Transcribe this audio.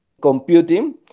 computing